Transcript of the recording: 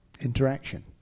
interaction